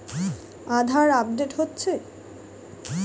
আধার update হচ্ছে?